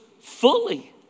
fully